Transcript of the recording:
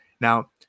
now